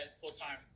full-time